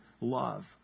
love